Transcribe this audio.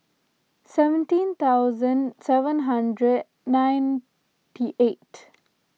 seventeen thousand seven hundred ninety eight